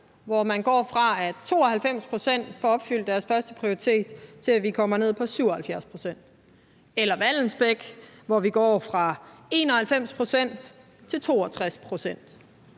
hvor man går fra, at 92 pct. får opfyldt deres førsteprioritet, til at det kommer ned på 77 pct.; til de unge i Vallensbæk, hvor man går fra 91 pct. til 62 pct.;